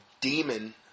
demon